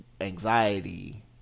anxiety